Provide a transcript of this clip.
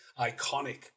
iconic